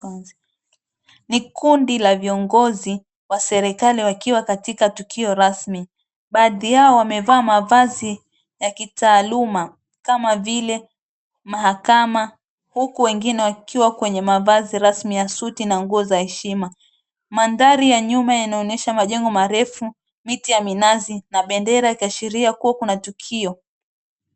Ni kundi la viongozi wa serikali wakiwa katika tukio rasmi. Baadhi yao wamevaa mavazi ya kitaaluma kama vile mahakama huku wengine wakiwa kwenye mavazi rasmi ya suti na nguo za heshima. Maanthari ya nyuma yanaonyesha majengo marefu, miti ya minazi na bendera ikiashiria kuwa kuna tukio.